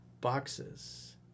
boxes